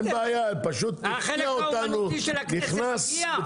החלק האומנותי של הכנסת הגיע?